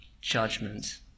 judgment